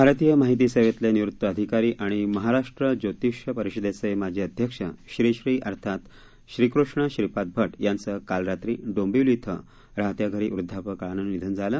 भारतीय माहिती सेवेतले निवृत्त अधिकारी आणि महाराष्ट्र ज्योतिष्य परिषदेचे माजी अध्यक्ष श्री श्री अर्थात् श्रीकृष्ण श्रीपाद भट यांचं काल रात्री डोबिंवली इथं राहत्या घरी वृदधापकाळानं निधन झालं